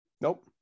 Nope